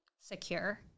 secure